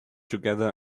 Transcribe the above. together